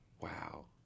Wow